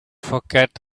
forget